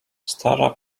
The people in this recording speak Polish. stara